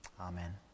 Amen